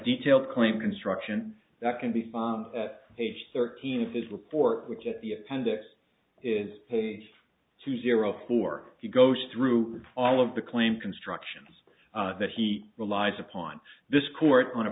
detailed claim construction that can be fun at age thirteen of his report which at the appendix is page two zero four he goes through all of the claim constructions that he relies upon this court on a